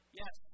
yes